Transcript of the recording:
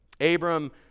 Abram